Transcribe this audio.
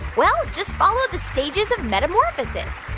well, just follow the stages of metamorphosis.